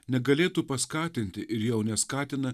negalėtų paskatinti ir jau neskatina